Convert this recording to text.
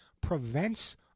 prevents